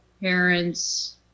parents